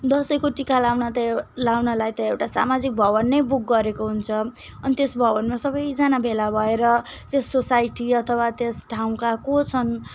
दसैँको टिका लगाउन त एउ लगाउनलाई त एउटा सामाजिक भवन नै बुक गरेको हुन्छ अनि त्यस भवनमा सबैजना भेला भएर त्यस सोसाइटी अथवा त्यस ठाउँका को छन्